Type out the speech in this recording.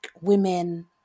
women